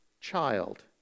child